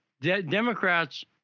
Democrats